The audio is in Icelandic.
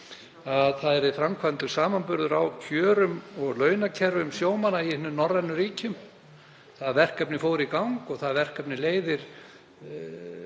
að það yrði framkvæmdur samanburður á kjörum og launakerfum sjómanna í hinum norrænu ríkjum. Það verkefni fór í gang og það leiðir